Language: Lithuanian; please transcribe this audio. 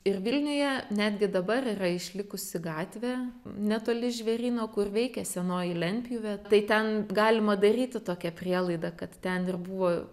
ir vilniuje netgi dabar yra išlikusi gatvė netoli žvėryno kur veikė senoji lentpjūvė tai ten galima daryti tokią prielaidą kad ten ir buvo